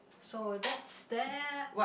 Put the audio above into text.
so that's that